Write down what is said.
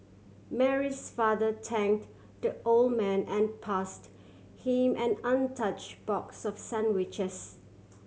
Mary's father thank the old man and passed him an untouch box of sandwiches